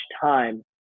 time